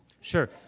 Sure